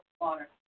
water